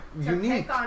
Unique